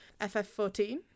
ff14